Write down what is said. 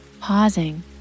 Pausing